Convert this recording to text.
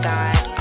God